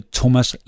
Thomas